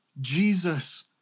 Jesus